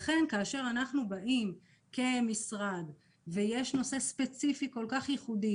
לכן כאשר אנחנו באים כמשרד ויש נושא ספציפי ייחודי